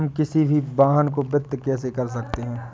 हम किसी भी वाहन को वित्त कैसे कर सकते हैं?